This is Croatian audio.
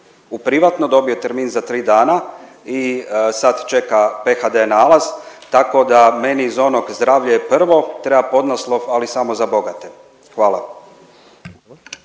u privatno dobio termin za 3 dana i sad čeka PHD nalaz tako da meni iz onog zdravlje je prvo treba podnaslov, ali samo za bogate. Hvala.